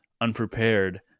unprepared